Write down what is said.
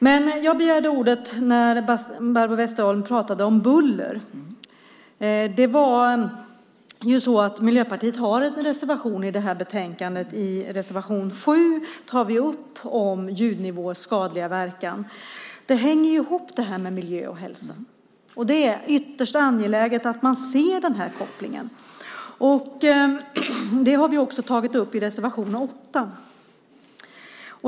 Men jag begärde ordet när Barbro Westerholm pratade om buller. Miljöpartiet har en reservation i det här betänkandet. I reservation 7 tar vi upp ljudnivåers skadliga verkan. Miljö och hälsa hänger ju ihop. Det är ytterst angeläget att man ser den här kopplingen. Det har vi också tagit upp i reservation 8.